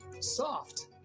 soft